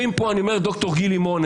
ד"ר גיל לימון,